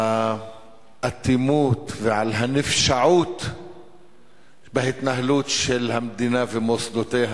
האטימות ועל הנפשעות בהתנהלות של המדינה ומוסדותיה.